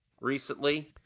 recently